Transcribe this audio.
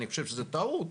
אני חושב שזה טעות,